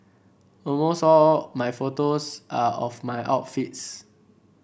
almost all my photos are of my outfits